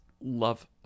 love